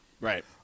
Right